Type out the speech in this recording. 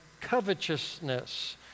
covetousness